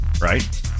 right